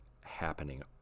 happening